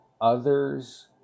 others